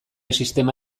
sistema